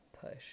push